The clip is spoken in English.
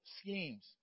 schemes